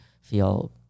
feel